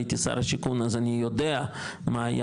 הייתי שר השיכון אז אני יודע מה היה